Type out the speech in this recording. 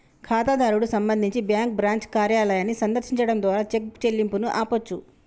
ఖాతాదారుడు సంబంధించి bank branch కార్యాలయాన్ని సందర్శించడం ద్వారా చెక్ చెల్లింపును ఆపొచ్చు